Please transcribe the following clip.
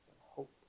hope